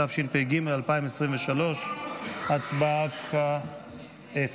התשפ"ג 2023. הצבעה כעת.